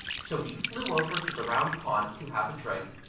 so he flew over to the round pond to have a drink.